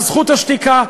על זכות השתיקה.